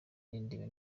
n’indimi